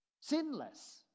sinless